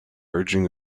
urging